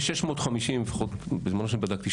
לפחות בזמנו כשבדקתי,